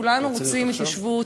כולנו רוצים התיישבות,